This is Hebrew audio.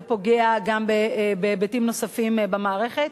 זה פוגע גם בהיבטים נוספים במערכת,